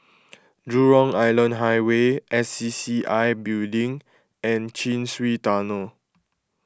Jurong Island Highway S C C I Building and Chin Swee Tunnel